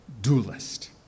dualist